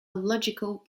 logical